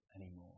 anymore